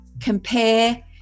compare